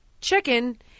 chicken